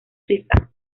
suiza